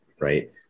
right